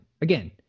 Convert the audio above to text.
Again